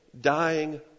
dying